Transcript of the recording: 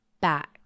back